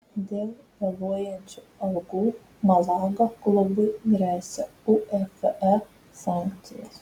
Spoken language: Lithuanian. dėl vėluojančių algų malaga klubui gresia uefa sankcijos